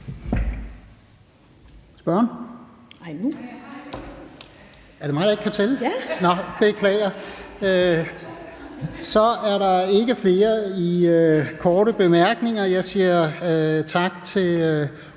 Er det mig, der ikke kan tælle? Beklager! Så er der ikke flere korte bemærkninger. Jeg må have